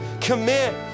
commit